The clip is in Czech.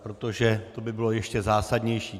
Protože to by bylo ještě zásadnější.